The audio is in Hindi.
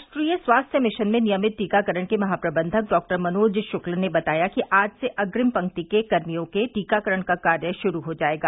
राष्ट्रीय स्वास्थ्य मिशन में नियमित टीकाकरण के महाप्रबंधक डॉक्टर मनोज शक्ल ने बताया कि आज से अंग्रिम पंक्ति के कर्मियों के टीकाकरण का कार्य श्रू हो जायेगा